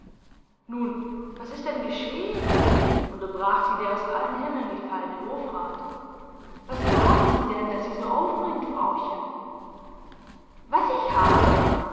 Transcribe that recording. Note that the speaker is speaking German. tappen nun was ist denn geschehen unterbrach sie der aus allen himmeln gefallene hofrat was haben sie denn das sie so aufbringt frauchen was ich habe